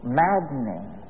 maddening